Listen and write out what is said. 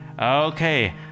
Okay